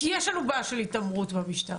כי יש לנו בעיה של התעמרות במשטרה.